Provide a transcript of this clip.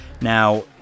now